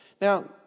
Now